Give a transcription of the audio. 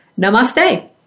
Namaste